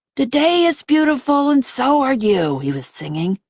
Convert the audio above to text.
the day is beautiful, and so are you, he was singing.